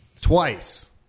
Twice